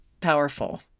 powerful